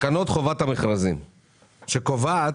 מתקנות חובת המכרזים שקובעת: